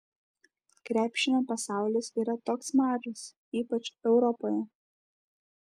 krepšinio pasaulis yra toks mažas ypač europoje